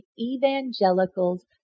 evangelicals